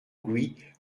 bruit